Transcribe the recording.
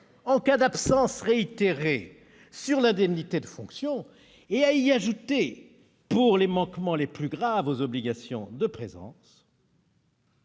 en cas d'absence réitérée sur l'indemnité de fonction et à y ajouter, pour les manquements les plus graves aux obligations de présence,